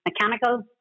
mechanical